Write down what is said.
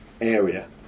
area